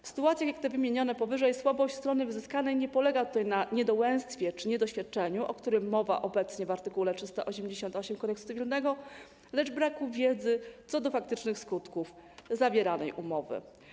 W sytuacjach takich jak te wymienione powyżej słabość strony wyzyskanej nie polega na niedołęstwie czy niedoświadczeniu, o których mowa obecnie w art. 388 Kodeksu cywilnego, lecz na braku wiedzy co do faktycznych skutków zawieranej umowy.